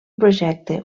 projecte